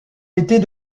était